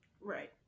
Right